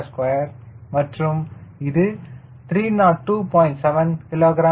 75 மற்றும் இது 302